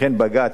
וכן בג"ץ,